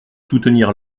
soutenir